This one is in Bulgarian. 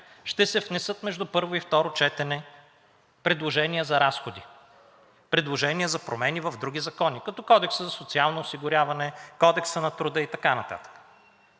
ще се внесат между първо и второ четене предложения за разходи, предложения за промени в други закони, като Кодекса за социално осигуряване, Кодекса на труда и така нататък,